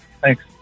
Thanks